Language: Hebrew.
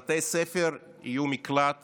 ובתי ספר יהיו מקלט